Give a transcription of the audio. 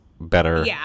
better